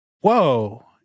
Whoa